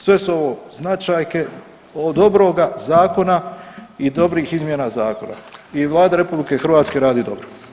Sve su ovo značajke dobroga zakona i dobrih izmjena zakona i Vlada RH radi dobro.